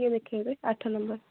ଟିକେ ଦେଖାଇବେ ଆଠ ନମ୍ବର୍